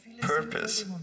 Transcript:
purpose